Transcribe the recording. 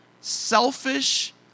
selfish